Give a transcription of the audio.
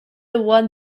one